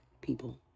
people